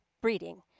breeding